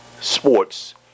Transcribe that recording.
Sports